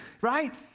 right